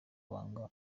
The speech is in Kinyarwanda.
banga